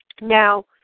Now